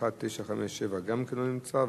ו-1957 גם לא נמצא,